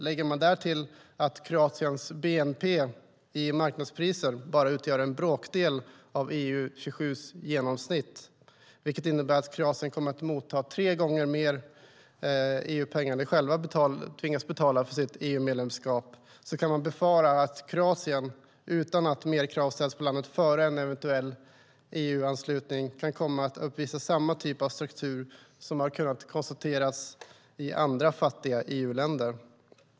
Lägger man därtill att Kroatiens bnp i marknadspriser bara utgör en bråkdel av EU 27:s genomsnitt, vilket innebär att Kroatien kommer att motta tre gånger mer EU-pengar än vad de själva tvingas betala för sitt medlemskap, kan man befara att Kroatien utan att mer krav ställs på landet före en eventuell EU-anslutning kan komma att uppvisa samma typ av struktur som har kunnat konstateras i andra fattiga EU-länder.